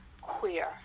queer